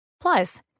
Plus